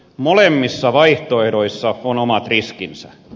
molemmissa vaihtoehdoissa on omat riskinsä